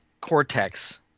cortex